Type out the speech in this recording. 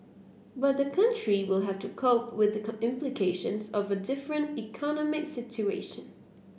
but the country will have to cope with the implications of a different economic situation